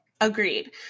Agreed